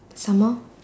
some more